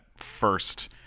first